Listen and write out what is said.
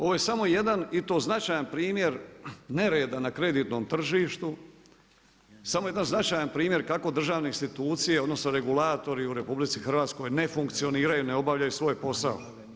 Ovo je samo jedan i to značajan primjer nereda na kreditnom tržištu, samo jedan značajan primjer kako državne institucije odnosno regulatori u RH ne funkcioniraju, ne obavljaju svoj posao.